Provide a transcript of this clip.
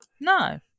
No